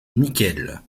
nickel